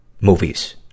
movies